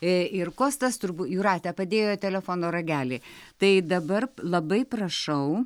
ir kostas turbūt jūratė padėjo telefono ragelį tai dabar labai prašau